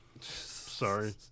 Sorry